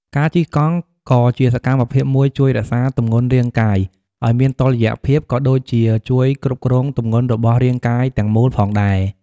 ការជិះកង់ក៏ជាសកម្មភាពមួយជួយរក្សាទម្ងន់រាងកាយឱ្យមានតុល្យភាព ក៏ដូចជាជួយគ្រប់គ្រងទម្ងន់របស់រាងកាយទាំងមូលផងដែរ។